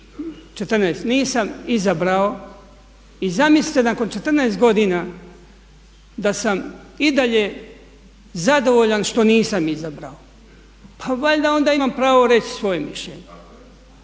14, nisam izabrao i zamislite nakon 14 godina da sam i dalje zadovoljan što nisam izabrao. Pa valjda onda imam pravo reći svoje mišljenje.